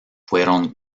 fueron